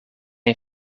een